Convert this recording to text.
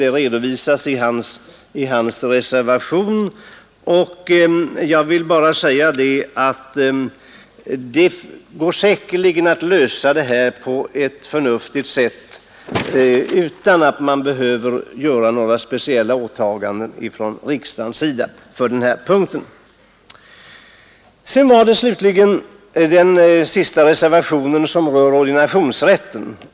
Den redovisas i hans reservation, reservationen 5, och jag vill bara säga att det säkerligen går att lösa denna fråga på ett förnuftigt sätt utan att man behöver göra några speciella åtaganden från riksdagens sida på den här punkten. Den sista reservationen rör ordinationsrätten.